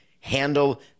handle